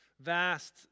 vast